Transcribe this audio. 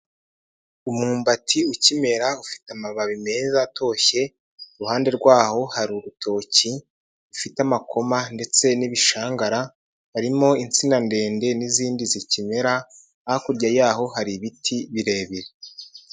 Umwumbati ukimera ufite amababi meza atoshye, iruhande rwaho hari urutoki rufite amakoma ndetse n'ibishangara, harimo insina ndende n'izindi zikimera, hakurya yaho hari ibiti birebire.